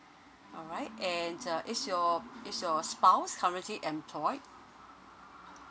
alright and uh is your is your spouse currently employed